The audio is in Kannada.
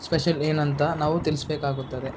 ಸ್ಪೆಷಲ್ ಏನಂತ ನಾವು ತಿಳಿಸ್ಬೇಕಾಗುತ್ತದೆ